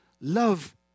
Love